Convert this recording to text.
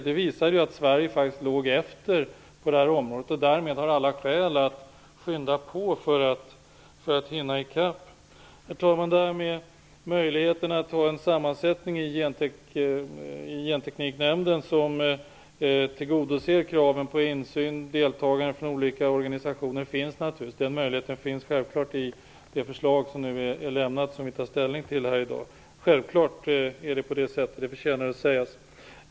Det visar att Sverige faktiskt ligger efter på detta område och därmed har alla skäl att skynda på för att hinna i kapp. Herr talman! Möjligheterna att få en sammansättning i Gentekniknämnden som tillgodoser kraven på insyn och deltagande från olika organisationer finns naturligtvis i det förslag som vi i dag tar ställning till, och det förtjänar också att sägas.